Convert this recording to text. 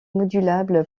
modulable